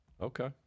okay